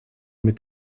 mit